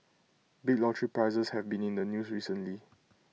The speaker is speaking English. big lottery prizes have been in the news recently